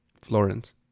florence